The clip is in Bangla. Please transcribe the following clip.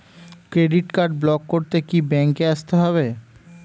ক্রেডিট কার্ড ব্লক করতে কি ব্যাংকে আসতে হবে?